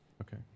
okay